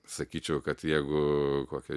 sakyčiau kad jeigu kokia